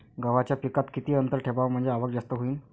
गव्हाच्या पिकात किती अंतर ठेवाव म्हनजे आवक जास्त होईन?